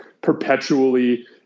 perpetually